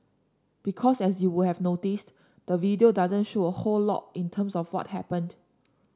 because as you would have noticed the video doesn't show a whole lot in terms of what happened